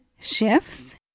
shifts